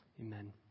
Amen